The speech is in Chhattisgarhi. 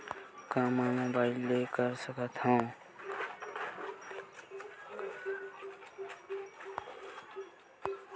का मै मोबाइल ले कर सकत हव?